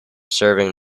serving